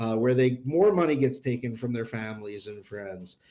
where they more money gets taken from their families and friends,